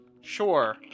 Sure